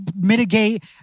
mitigate